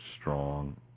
strong